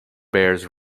bears